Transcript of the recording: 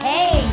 Hey